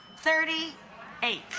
thirty eight.